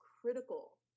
critical